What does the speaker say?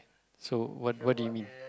so what what do you mean